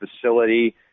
facility